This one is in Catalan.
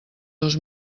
dos